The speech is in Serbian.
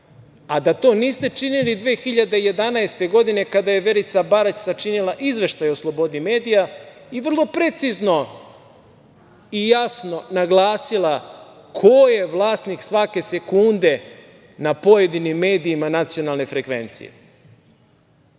a da to niste činili 2011. godine kada je Verica Barać sačinila izveštaj o slobodi medija i vrlo precizno i jasno naglasila ko je vlasnik svake sekunde na pojedinim medijima nacionalne frekvencije.O